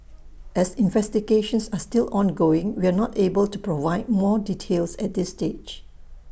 as investigations are still ongoing we are not able to provide more details at this stage